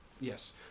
yes